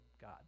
god